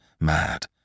Mad